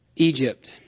Egypt